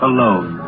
Alone